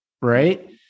Right